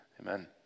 Amen